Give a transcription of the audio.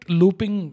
looping